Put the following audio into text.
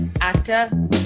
actor